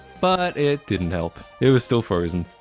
but it didn't help. it was still frozen.